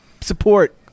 support